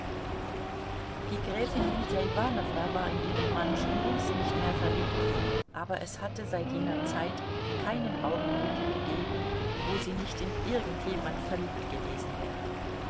die gräfin lydia iwanowna war in ihren mann schon längst nicht mehr verliebt aber es hatte seit jener zeit keinen augenblick gegeben wo sie nicht in irgend jemand verliebt gewesen wäre